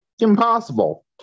Impossible